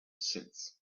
since